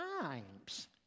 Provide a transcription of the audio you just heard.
times